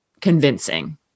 convincing